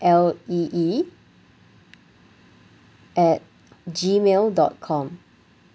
L E E at gmail dot com